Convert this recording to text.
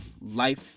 Life